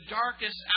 darkest